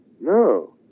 No